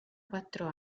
quattro